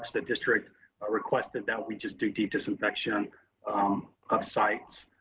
the district requested that we just do deep disinfection of sites.